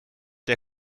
der